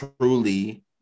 truly